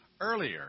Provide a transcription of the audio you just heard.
earlier